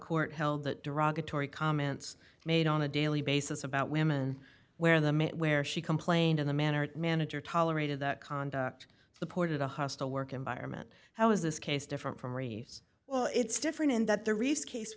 court held that derogatory comments made on a daily basis about women where the myth where she complained in the manner it manager tolerated that conduct the ported a hostile work environment how is this case different from reeves well it's different in that the reese case